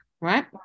right